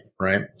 right